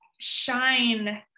shine